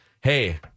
hey